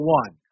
one